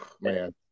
Man